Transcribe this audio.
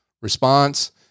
response